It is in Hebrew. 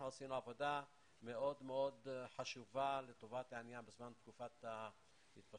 - עשינו עבודה מאוד מאוד חשובה לטובת העניין בזמן תקופת התפשטות